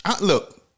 look